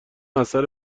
اثر